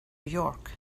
york